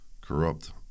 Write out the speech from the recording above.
Corrupt